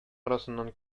арасыннан